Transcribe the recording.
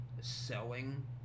selling